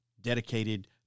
dedicated